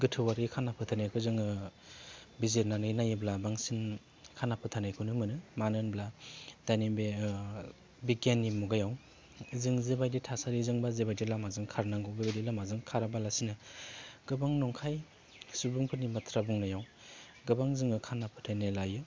गोथौआरि खाना फोथायनायखौ जोङो बिजिरनानै नायोब्ला बांसिन खाना फोथायनायखौनो मोनो मानो होनोब्ला दानि बे बिगियाननि मुगायाव जों जेबायदि थासारिजों एबा जेबायदि लामाजों खारनांगौ बेबायदि लामाजों खाराबालासिनो गोबां नंखाय सुबुंफोरनि बाथ्रा बुंनायाव गोबां जोङो खाना फोथायनाय लायो